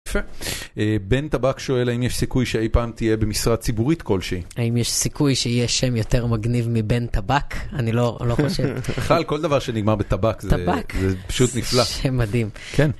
יפה. בן טבק שואל האם יש סיכוי שאי פעם תהיה במשרה ציבורית כלשהי?. האם יש סיכוי שיש שם יותר מגניב מבן טבק? אני לא חושב. בכלל, כל דבר שנגמר בטבק זה פשוט נפלא. שם מדהים.כן